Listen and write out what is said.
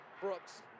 Brooks